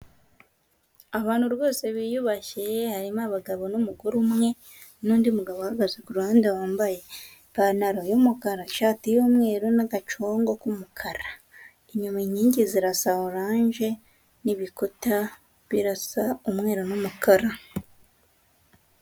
Abantu rwose biyubashye harimo abagabo n'umugore umwe n'undi mugabo uhagaze ku ruhande wambaye ipantaro y'umukara, ishati y'umweru n'agacongo k'umukara. Inyuma inkingi zirasa oranje n'ibikuta birasa umweru n'umukara.